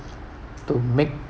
to make